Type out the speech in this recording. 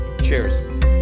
Cheers